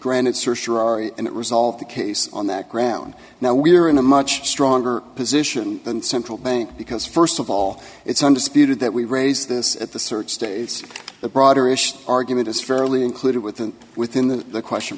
granted and it resolved the case on that ground now we're in a much stronger position than central bank because first of all it's undisputed that we raised this at the search states the broader issue argument is fairly included within within the question